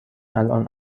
الان